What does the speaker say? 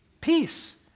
Peace